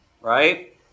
right